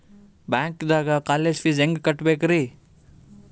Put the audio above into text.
ಬ್ಯಾಂಕ್ದಾಗ college fees ಹೆಂಗ್ ಕಟ್ಟ್ಬೇಕ್ರಿ?